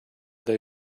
they